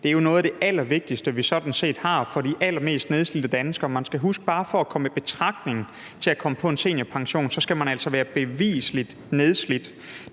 Det er jo noget af det allervigtigste, vi sådan set har, for de allermest nedslidte danskere. Man skal huske, at bare for at komme i betragtning til at få en seniorpension skal man altså være bevisligt nedslidt.